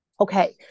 Okay